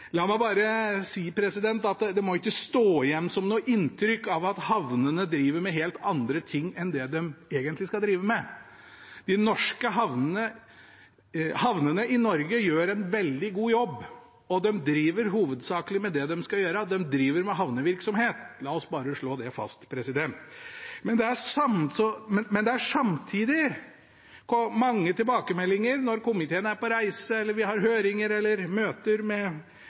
La meg si at det ikke må stå igjen som et inntrykk at havnene driver med helt andre ting enn det de egentlig skal drive med. Havnene i Norge gjør en veldig god jobb, og de driver hovedsakelig med det de skal gjøre; de driver med havnevirksomhet. La oss bare slå det fast. Samtidig er det ikke til å legge skjul på at komiteen har fått mange tilbakemeldinger når vi har vært på reise eller har hatt høringer eller møter med